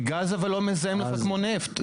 אבל גז לא מזהם לך כמו נפט,